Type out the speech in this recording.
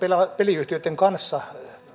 peliyhtiöitten kanssa